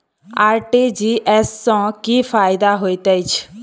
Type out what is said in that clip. RTGS सँ की फायदा होइत अछि?